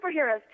superheroes